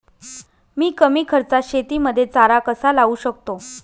मी कमी खर्चात शेतीमध्ये चारा कसा लावू शकतो?